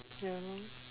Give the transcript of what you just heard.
ya lor